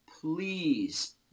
please